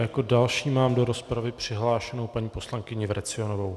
A jako další mám do rozpravy přihlášenou paní poslankyni Vrecionovou.